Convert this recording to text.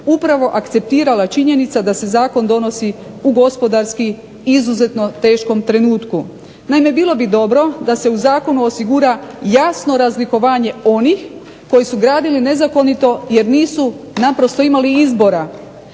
upravo akceptirala činjenica da se zakon donosi u gospodarski izuzetno teškom trenutku. Naime, bilo bi dobro da se u zakonu osigura jasno razlikovanje onih koji su gradili nezakonito jer nisu naprosto imali izbora,